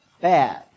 bad